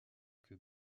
que